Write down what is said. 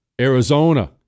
Arizona